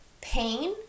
pain